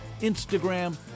Instagram